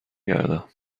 گردم